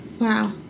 Wow